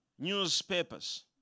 Newspapers